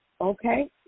okay